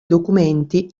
documenti